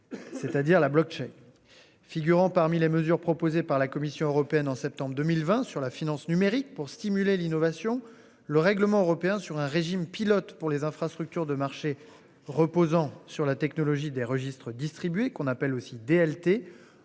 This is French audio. C'est-à-dire la blockchain. Figurant parmi les mesures proposées par la Commission européenne en septembre 2020 sur la finance numérique pour stimuler l'innovation. Le règlement européen sur un régime pilote pour les infrastructures de marché reposant sur la technologie des registres distribués qu'on appelle aussi DLT